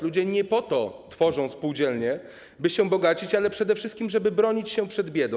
Ludzie nie po to tworzą spółdzielnie, by się bogacić, ale przede wszystkim, żeby bronić się przed biedą.